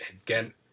again